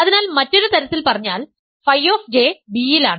അതിനാൽ മറ്റൊരു തരത്തിൽ പറഞ്ഞാൽ Φ B യിലാണ്